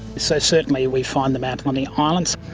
so certainly we find them out on the islands.